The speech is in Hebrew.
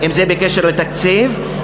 אם בקשר לתקציב,